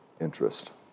interest